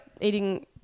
eating